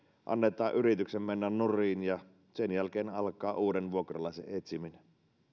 annetaan yrityksen mennä nurin ja sen jälkeen alkaa uuden vuokralaisen etsiminen